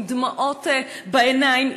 עם דמעות בעיניים,